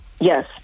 Yes